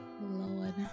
Lord